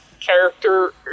character